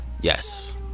Yes